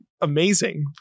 amazing